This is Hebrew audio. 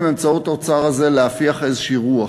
באמצעות האוצר הזה להפיח איזושהי רוח.